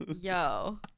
Yo